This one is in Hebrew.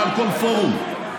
בכל פורום.